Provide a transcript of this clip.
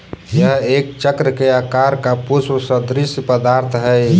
यह एक चक्र के आकार का पुष्प सदृश्य पदार्थ हई